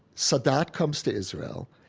sadat comes to israel,